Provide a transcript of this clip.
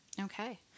Okay